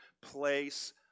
place